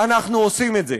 אנחנו עושים את זה.